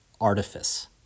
artifice